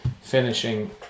finishing